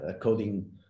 coding